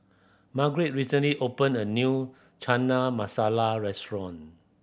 Margret recently opened a new Chana Masala Restaurant